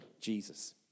Jesus